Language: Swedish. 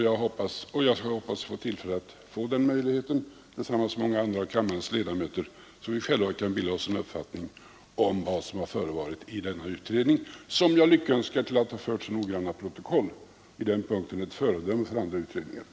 Jag hoppas få tillfälle till det tillsammans med många andra av kammarens ledamöter så att vi själva kan bilda oss en uppfattning om vad som förevarit i denna utredning. Jag lyckönskar dock utredningen till att ha fört så noggranna protokoll — i den punkten ett föredöme för andra utredningar.